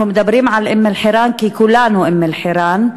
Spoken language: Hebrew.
אנחנו מדברים על אום-אלחיראן כי כולנו אום-אלחיראן,